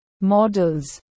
models